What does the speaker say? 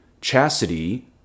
Chastity